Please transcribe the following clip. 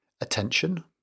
attention